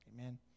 Amen